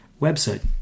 website